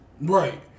right